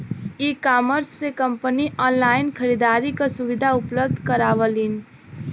ecommerce से company online खरीदारी क सुविधा उपलब्ध करावलीन